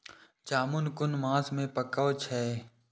जामून कुन मास में पाके छै?